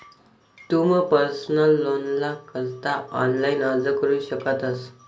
तुमू पर्सनल लोनना करता ऑनलाइन अर्ज करू शकतस